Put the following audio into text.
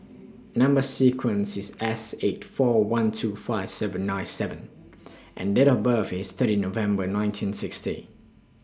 Number sequence IS S eight four one two five seven nine seven and Date of birth IS thirty November nineteen sixty